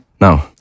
No